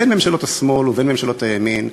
בין ממשלות השמאל ובין ממשלות הימין,